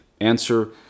Answer